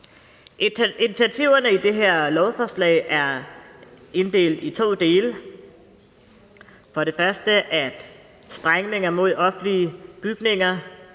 Initiativerne i det her lovforslag er inddelt i to dele. Det drejer sig bl.a. om, at sprængninger mod offentlige bygninger